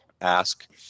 ask